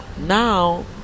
now